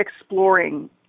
exploring